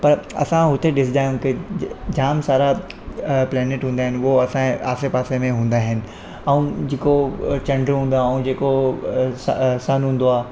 पर असां हुते ॾिसंदा आहियूं के ज जाम सारा अ प्लेनिट हूंदा आहिनि उहो असांजे आसे पासे में हूंदा आहिनि ऐं जेको अ चंॾ हूंदो आहे ऐं जेको अ स सन हूंदो आहे